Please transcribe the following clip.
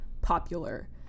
popular